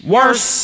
Worse